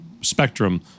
spectrum